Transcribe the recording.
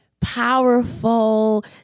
powerful